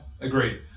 Agreed